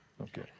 Okay